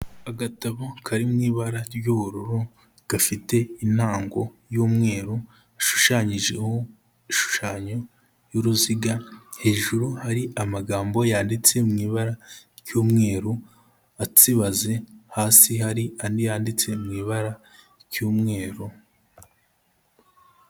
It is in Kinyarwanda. Agatabo kari mu ibara ry'ubururu, gafite intango y'umweru, hashushanyijeho igishushanyo y'uruziga, hejuru hari amagambo yanditse mu ibara ry'umweru atsibaze, hasi hari andi yanditse mu ibara ry'umweru.